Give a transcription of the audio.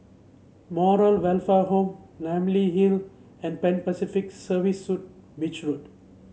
Moral Welfare Home Namly Hill and Pan Pacific Service Suite Beach Road